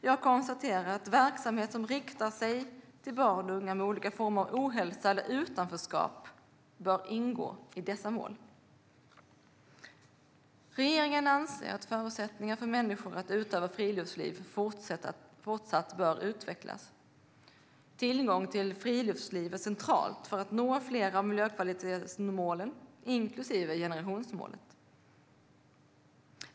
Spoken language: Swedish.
Jag konstaterar att verksamhet som riktar sig till barn och unga med olika former av ohälsa eller utanförskap bör ingå i dessa mål. Regeringen anser att förutsättningarna för människor att utöva friluftsliv fortsatt bör utvecklas. Tillgång till friluftsliv är centralt för att nå flera av miljökvalitetsmålen inklusive generationsmålet.